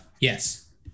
yes